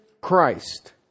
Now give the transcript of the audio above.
Christ